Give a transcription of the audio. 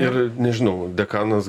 ir nežinau dekanas